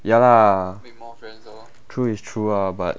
ya lah true is true lah but